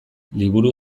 liburu